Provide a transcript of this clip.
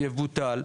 יבוטל,